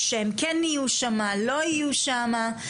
שהם כן יהיו שמה, לא יהיו שמה.